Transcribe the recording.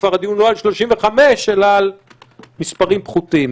שכבר הדיון הוא על 35% אלא על מספרים פחותים.